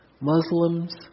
Muslims